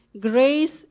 grace